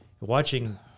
Watching